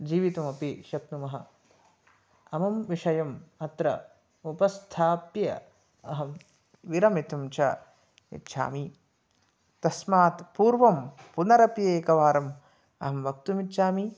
जीवितुमपि शक्नुमः अमुं विषयम् अत्र उपस्थाप्य अहं विरमितुं च इच्छामि तस्मात् पूर्वं पुनरपि एकवारम् अहं वक्तुम् इच्छामि